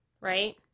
right